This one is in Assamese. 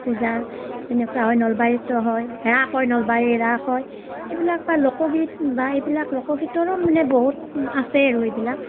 পূজাৰ তেনেকুৱা হয় নলবাৰীতো হয় ৰাস হয় নলবাৰীত ৰাস হয় এইবিলাক লোকগীত বা এইবিলাক লোকগীতৰো মানে বহুত আছে আৰু এইবিলাক